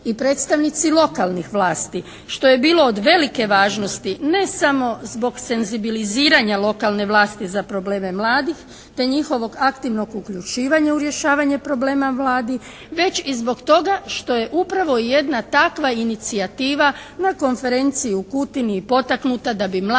i predstavnici lokalnih vlasti, što je bilo od velike važnosti. Ne samo zbog senzibiliziranja lokalne vlasti za probleme mladih te njihovog aktivnog uključivanja u rješavanje problema mladih već i zbog toga što je upravo jedna takva inicijativa na konferenciji u Kutini i potaknuta da bi mladi